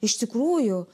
iš tikrųjų